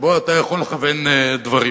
שבו אתה יכול לכוון דברים.